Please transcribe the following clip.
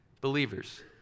believers